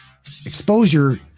exposure